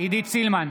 עידית סילמן,